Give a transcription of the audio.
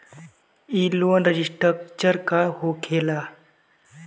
ई loan restructure का होखे ला?